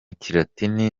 kilatini